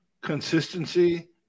consistency